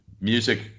music